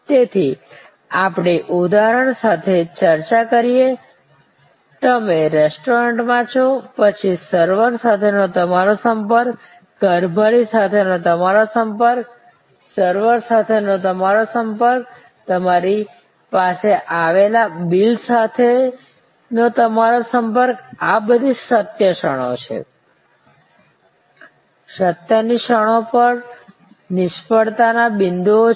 તેથી આપણે ઉદાહરણ સાથે ચર્ચા કરીએ તમે રેસ્ટોરન્ટમાં છો પછી સર્વર સાથેનો તમારો સંપર્ક કારભારી સાથેનો તમારો સંપર્ક સર્વર સાથેનો તમારો સંપર્ક તમારી પાસે આવતા બિલ સાથેનો તમારોસંપર્ક આ બધી સત્યની ક્ષણો છે સત્યની ક્ષણો પણ નિષ્ફળતાના બિંદુઓ છે